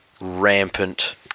rampant